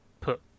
put